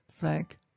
Thank